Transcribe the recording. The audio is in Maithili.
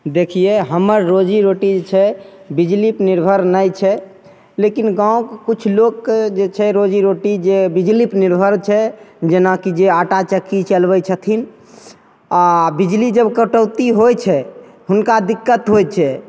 देखिए हमर रोजी रोटी जे छै बिजलीपर निर्भर नहि छै लेकिन गामके किछु लोकके जे छै रोजी रोटी जे बिजलीपर निर्भर छै जेनाकि जे आटा चक्की चलबै छथिन आओर बिजली जब कटौती होइ छै हुनका दिक्कत होइ छै